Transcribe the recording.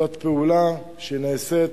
זאת פעולה שנעשית